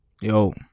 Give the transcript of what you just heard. Yo